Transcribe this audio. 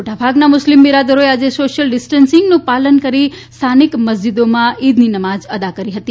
મોટાભાગના મુસ્લીમ બિરાદરોએ આજે સોશ્યલ ડિસ્ટન્સનું પાલન કરી સ્થાનિક મસ્જીદોમાં ઇદની નમાજ અદા કરી હતી